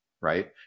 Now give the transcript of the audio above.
Right